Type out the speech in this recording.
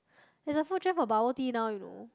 there's a food trend for bubble tea now you know